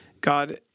God